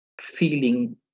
feeling